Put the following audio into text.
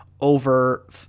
Over